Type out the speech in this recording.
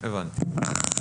הבנתי.